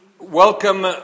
welcome